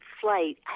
flight